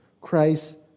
Christ